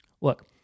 Look